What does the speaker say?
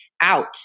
out